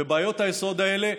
ובעיות היסוד האלה,